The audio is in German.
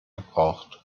gebraucht